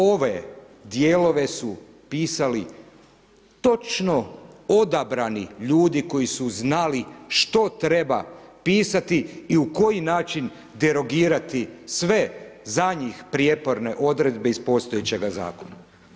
Ove dijelove su pisali točno odabrani ljudi koji su znali što treba pisati i u koji način derogirati sve za njih prijeporne odredbe iz postojećega zakona.